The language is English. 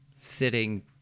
sitting